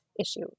issue